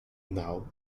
now